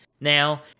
now